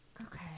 okay